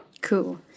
Cool